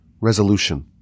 resolution